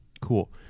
cool